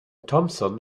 thompson